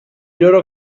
loro